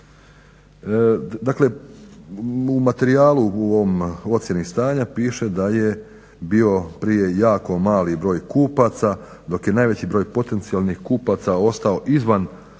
materijalu, u ocijeni stanja piše da je bio prije jako mali broj kupaca dok je najveći broj potencijalnih kupaca ostao izvan